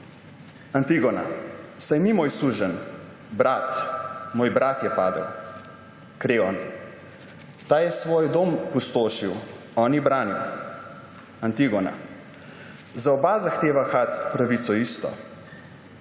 »Antigona: Saj ni moj suženj – brat, moj brat je padel. Kreon: Ta je svoj dom pustošil, oni branil. Antigona: Za oba zahteva Had pravico isto.